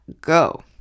go